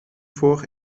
voor